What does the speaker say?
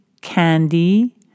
Candy